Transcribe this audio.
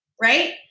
right